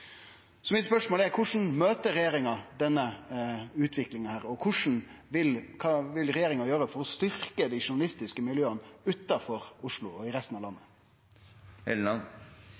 Så mitt spørsmål er: Korleis møter regjeringa denne utviklinga, og kva vil regjeringa gjere for å styrkje dei journalistiske miljøa utanfor Oslo og i resten av landet?